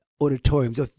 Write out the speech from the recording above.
auditoriums